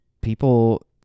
People